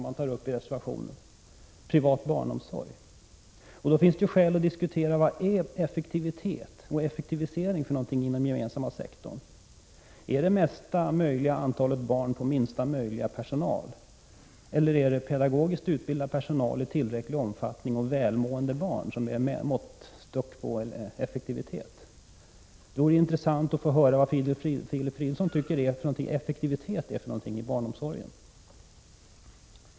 Man tar ju upp frågan om privat barnomsorg i reservationen. Då finns det skäl att diskutera vad effektivitet och effektivisering är för någonting inom den gemensamma sektorn. Är det största möjliga antal barn på minsta möjliga personal eller är det pedagogiskt utbildad personal i tillräcklig omfattning och välmående barn som är måttstocken på effektivitet? Det vore intressant att få höra vad Filip Fridolfsson tycker att effektivitet är inom barnomsorgen.